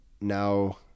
now